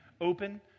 Open